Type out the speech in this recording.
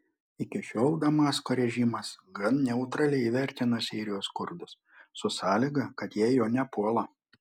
iki šiol damasko režimas gan neutraliai vertino sirijos kurdus su sąlyga kad jie jo nepuola